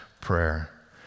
prayer